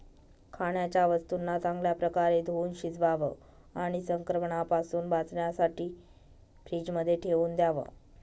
खाण्याच्या वस्तूंना चांगल्या प्रकारे धुवुन शिजवावं आणि संक्रमणापासून वाचण्यासाठी फ्रीजमध्ये ठेवून द्याव